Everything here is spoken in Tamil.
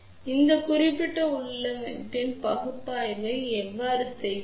இப்போது இந்த குறிப்பிட்ட உள்ளமைவின் பகுப்பாய்வை எவ்வாறு செய்வது